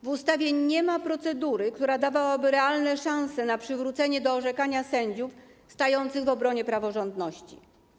W ustawie nie ma procedury, która dawałaby realne szanse na przywrócenie do orzekania sędziów stających w obronie praworządności.